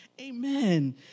Amen